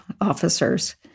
officers